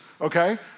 okay